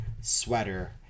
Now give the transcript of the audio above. sweater